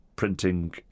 Printing